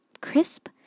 crisp